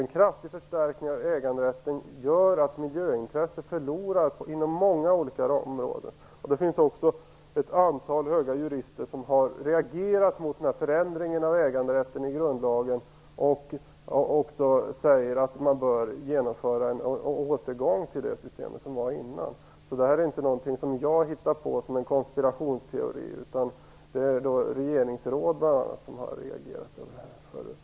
En kraftig förstärkning av äganderätten gör att miljöintresset förlorar inom många olika områden. Det finns också ett antal höga jurister som har reagerat mot denna förändring av äganderätten i grundlagen och som säger att man bör genomföra en återgång till det system som gällde tidigare. Detta är alltså inte något som jag har hittat på som en konspirationsteori, utan det är bl.a. regeringsråd som har reagerat över detta.